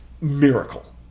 miracle